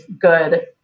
good